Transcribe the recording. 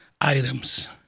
items